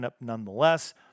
nonetheless